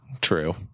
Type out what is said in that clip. True